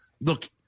look